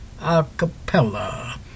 Acapella